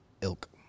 ilk